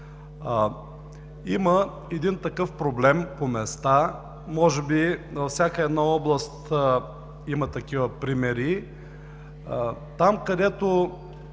Има един такъв проблем по места, може би във всяка една област има такива примери,